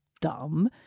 dumb